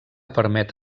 permet